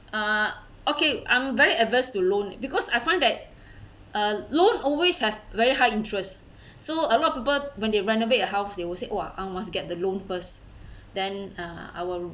uh okay I'm very aversed to loan because I find that uh loan always have very high interest so a lot of people when they renovate a house they will say oh I must get the loan first then uh I will